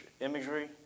imagery